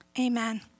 Amen